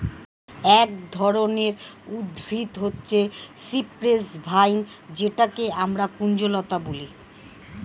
এক ধরনের উদ্ভিদ হচ্ছে সিপ্রেস ভাইন যেটাকে আমরা কুঞ্জলতা বলি